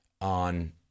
on